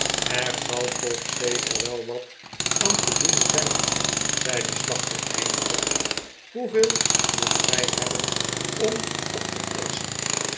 er zal toch zeker wel wat aan te doen zijn zei de slachter eindelijk hoeveel moet gij hebben om op te krassen